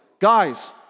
guys